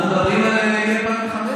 אנחנו מדברים על מ-2015,